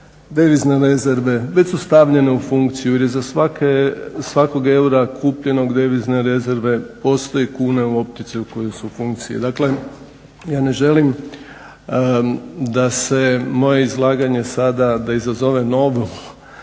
Devizne rezerve, već su stavljene u funkciju jer iza svakog eura kupljenog devizne rezerve postoje kune u opticaju koje su u funkciji. Dakle, ja ne želim da se moje izlaganje sada da izazove novu